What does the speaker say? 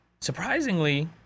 surprisingly